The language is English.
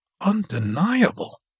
undeniable